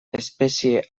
espezie